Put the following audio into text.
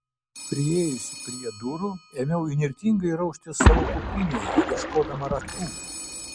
priėjusi prie durų ėmiau įnirtingai raustis savo kuprinėje ieškodama raktų